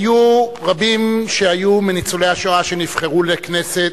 היו רבים מניצולי השואה שנבחרו לכנסת,